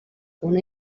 una